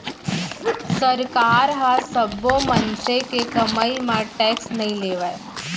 सरकार ह सब्बो मनसे के कमई म टेक्स नइ लेवय